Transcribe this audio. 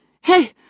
Hey